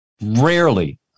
rarely